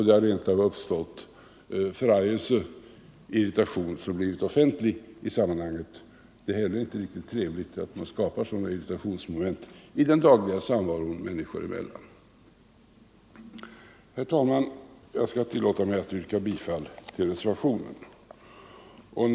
Det har rent av uppstått förargelse och irritation som blivit offentlig. Det är heller inte riktigt trevligt att man skapar sådana irritationsmoment i den dagliga samvaron människor emellan. Herr talman! Jag tillåter mig att yrka bifall till reservationen 2.